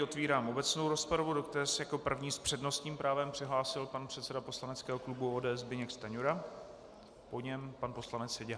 Otvírám obecnou rozpravu, do které se jako první s přednostním právem přihlásil pan předseda poslaneckého klubu ODS Zbyněk Stanjura, po něm pan poslanec Seďa.